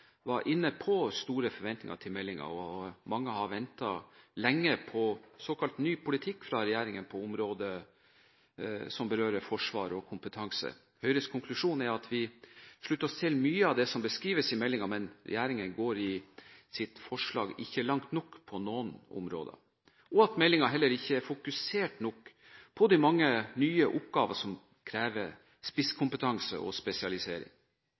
store forventninger til meldingen. Mange har ventet lenge på en såkalt ny politikk fra regjeringen på området Forsvaret og kompetanse. Høyres konklusjon er vi slutter oss til mye av det som beskrives i meldingen, men på noen områder går regjeringen ikke langt nok i sitt forslag. Meldingen er heller ikke fokusert nok på de mange, nye oppgaver som krever spisskompetanse og spesialisering.